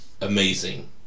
amazing